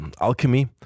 Alchemy